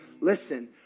Listen